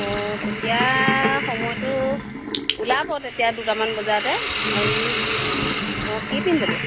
অঁ তেতিয়া সময়টো ওলাব তেতিয়া দুটামান বজাতে এই অঁ কি পিন্ধি যাব